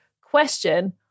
question